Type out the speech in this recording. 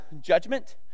judgment